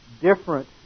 different